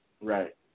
Right